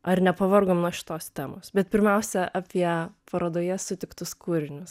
ar nepavargom nuo šitos temos bet pirmiausia apie parodoje sutiktus kūrinius